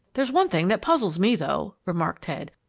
there's one thing that puzzles me, though, remarked ted,